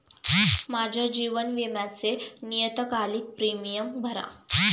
माझ्या जीवन विम्याचे नियतकालिक प्रीमियम भरा